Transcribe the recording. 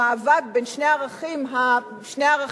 במאבק בין שני הערכים המתנגשים,